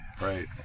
right